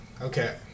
Okay